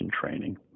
training